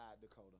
Dakota